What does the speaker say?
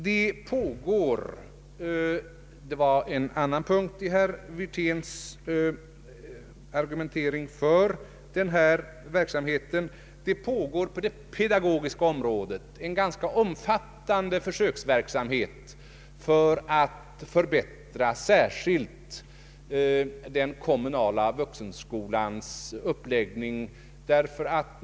Det pågår — och det var en annan punkt i herr Wirténs argumentering för den här parlamentariska kommittéverksamheten — på det pedagogiska området en ganska omfattande försöksverksamhet för att förbättra särskilt den kommunala vuxenskolans uppläggning.